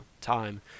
time